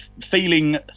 feeling